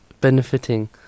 benefiting